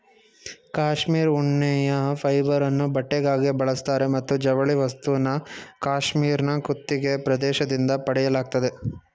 cashmere ಉಣ್ಣೆಯ ಫೈಬರನ್ನು ಬಟ್ಟೆಗಾಗಿ ಬಳಸ್ತಾರೆ ಮತ್ತು ಜವಳಿ ವಸ್ತುನ ಕ್ಯಾಶ್ಮೀರ್ನ ಕುತ್ತಿಗೆ ಪ್ರದೇಶದಿಂದ ಪಡೆಯಲಾಗ್ತದೆ